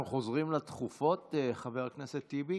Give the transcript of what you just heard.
אנחנו חוזרים לדחופות, חבר הכנסת טיבי?